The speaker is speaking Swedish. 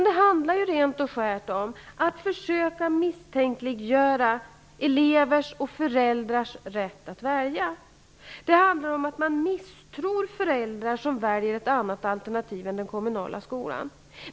Det handlar rent och skärt om att försöka misstänkliggöra elevers och föräldrars rätt att välja. Det handlar om att man misstror föräldrar som väljer ett annat alternativ än den kommunala skolan.